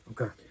okay